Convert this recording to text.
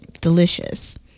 delicious